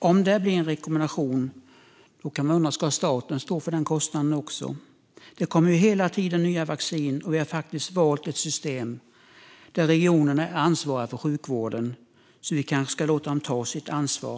Om det blir en rekommendation kan man undra om staten ska stå även för den kostnaden. Det kommer hela tiden nya vaccin, och vi har valt ett system där regionerna är ansvariga för sjukvården. Vi kanske ska låta dem ta sitt ansvar.